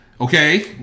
Okay